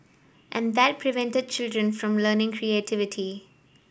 and that prevented children from learning creativity